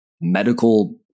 medical